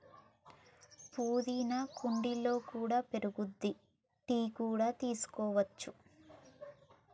పుదీనా కుండీలలో కూడా పెరుగుద్ది, టీ కూడా చేసుకోవచ్చు